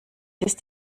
ist